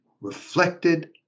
reflected